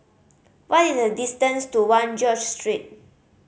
what is the distance to One George Street